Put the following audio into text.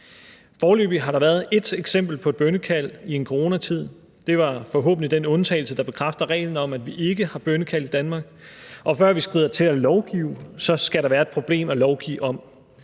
Foreløbig har der været ét eksempel på et bønnekald i en coronatid. Det var forhåbentlig den undtagelse, der bekræfter reglen om, at vi ikke har bønnekald i Danmark, og før vi skrider til at lovgive, skal der være et problem at lovgive om.